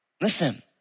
Listen